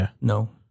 no